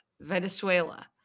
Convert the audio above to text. Venezuela